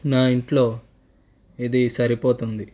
నా ఇంట్లో ఇది సరిపోతుంది